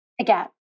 again